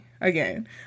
again